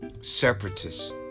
Separatists